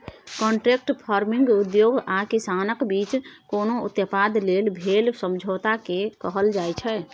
contract farming उद्योग आ किसानक बीच कोनो उत्पाद लेल भेल समझौताकेँ कहल जाइ छै